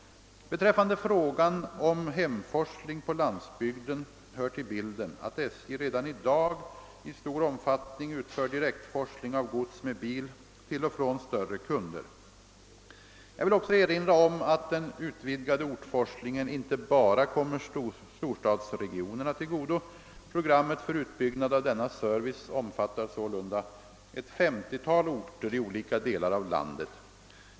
Beträffande frågan om hemforsling på landsbygden hör till bilden att SJ redan i dag i stor omfattning utför direktforsling av gods med bil till och från större kunder. Jag vill också erinra om att den utvidgade ortforslingen inte bara kommer storstadsregionerna till godo. Programmet för utbyggnad av denna service omfattar sålunda ett 50-tal orter i olika delar av landet.